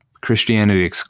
Christianity